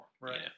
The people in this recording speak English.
right